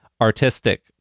artistic